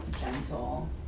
gentle